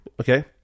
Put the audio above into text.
Okay